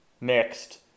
mixed